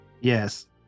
Yes